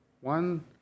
One